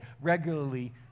regularly